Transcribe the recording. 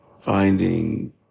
finding